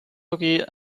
hockey